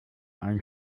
ein